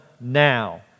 now